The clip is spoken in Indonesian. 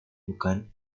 bukan